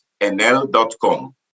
NL.com